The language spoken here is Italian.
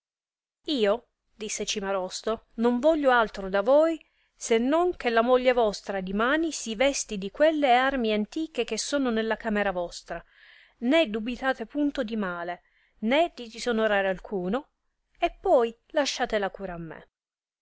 io disse cimarosto non voglio altro da voi se non che la moglie vostra dimani si vesti di quelle armi antiche che sono nella camera vostra né dubitate punto di male né di disonore alcuno e poi lasciate la cura a me